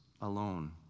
alone